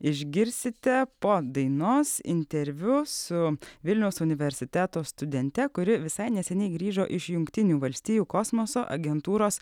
išgirsite po dainos interviu su vilniaus universiteto studente kuri visai neseniai grįžo iš jungtinių valstijų kosmoso agentūros